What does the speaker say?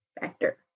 factor